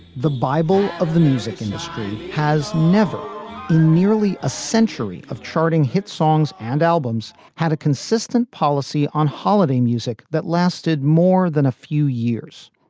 the bible of the music industry has never been nearly a century of charting hit songs and albums, had a consistent policy on holiday music that lasted more than a few years.